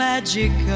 magic